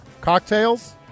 Cocktails